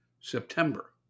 September